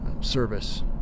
service